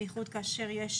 במיוחד כאשר יש